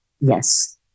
Yes